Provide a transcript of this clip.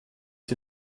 sie